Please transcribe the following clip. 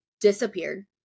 disappeared